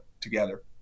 together